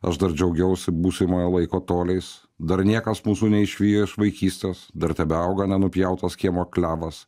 aš dar džiaugiausi būsimojo laiko toliais dar niekas mūsų neišvijo iš vaikystės dar tebeauga nenupjautas kiemo klevas